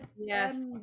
Yes